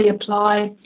apply